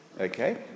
Okay